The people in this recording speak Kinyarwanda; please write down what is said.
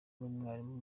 n’umwarimu